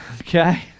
Okay